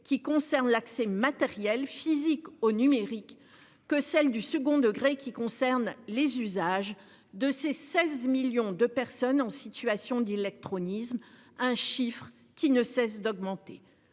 qui concerne l'accès matériel, physique au numérique, que celle du second degré, qui concerne les usages, ceux des 16 millions de personnes en situation d'illectronisme, un nombre qui ne cesse d'augmenter.